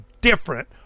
different